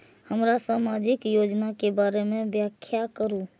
हमरा सामाजिक योजना के बारे में व्याख्या करु?